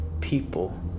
people